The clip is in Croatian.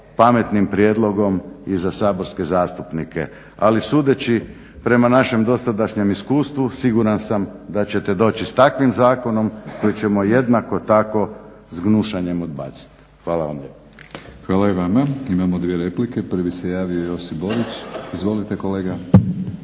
pametnim prijedlogom i za saborske zastupnike. Ali sudeći prema našem dosadašnjem iskustvu siguran sam da ćete doći s takvim zakonom koji ćemo jednako tako s gnušanjem odbaciti. Hvala vam lijepa. **Batinić, Milorad (HNS)** Hvala i vama. Imamo dvije replike. Prvi se javio Josip Borić. Izvolite kolega.